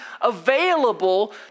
available